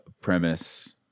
premise